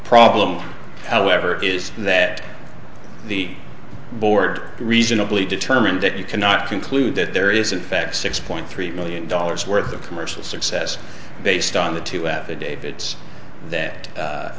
problem however is that the board reasonably determined that you cannot conclude that there is a fact six point three million dollars worth of commercial success based on the two affidavits that